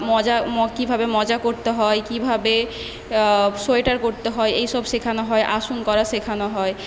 মোজা কীভাবে মোজা করতে হয় কীভাবে সোয়েটার করতে হয় এইসব শেখানো হয় আসন করা শেখানো হয়